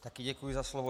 Také děkuji za slovo.